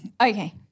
Okay